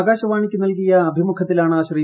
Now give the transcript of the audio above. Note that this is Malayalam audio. ആകാശവാണിക്ക് നൽകിയഅഭിമുഖത്തിലാണ് ശ്രീ